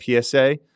PSA